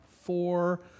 four